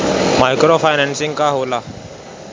Micro financing का होला?